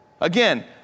Again